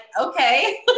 okay